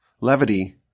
levity